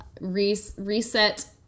Reset